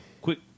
quick